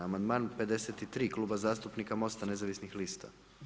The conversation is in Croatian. Amandman 53, Kluba zastupnika MOST-a nezavisnih lista.